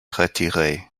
retirée